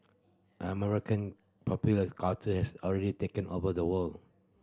American popular culture has already taken over the world